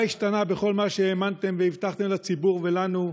מה השתנה בכל מה שהאמנתם והבטחתם לציבור ולנו,